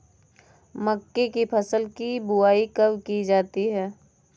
मक्के की फसल की बुआई कब की जाती है?